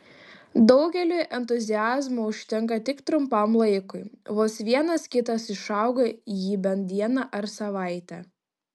daugeliui entuziazmo užtenka tik trumpam laikui vos vienas kitas išsaugo jį bent dieną ar savaitę